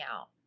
out